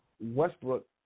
Westbrook